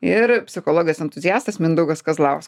ir psichologas entuziastas mindaugas kazlaus